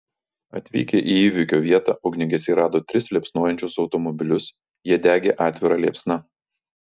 atvykę į įvykio vietą ugniagesiai rado tris liepsnojančius automobilius jie degė atvira liepsna